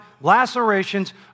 lacerations